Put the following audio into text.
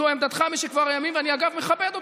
זו עמדתך משכבר הימים, ואני, אגב, מכבד אותה.